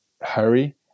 hurry